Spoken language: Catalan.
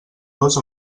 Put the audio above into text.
dos